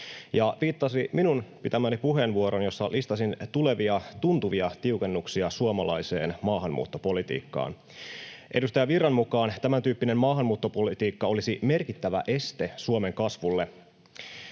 ja viittasi minun pitämääni puheenvuoroon, jossa listasin tulevia tuntuvia tiukennuksia suomalaiseen maahanmuuttopolitiikkaan. Edustaja Virran mukaan tämäntyyppinen maahanmuuttopolitiikka olisi merkittävä este Suomen kasvulle.